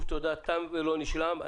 תם ולא נשלם.